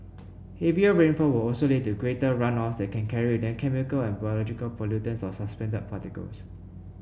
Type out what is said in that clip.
heavier rainfall will also lead to greater runoffs that can carry them chemical and biological pollutants or suspended particles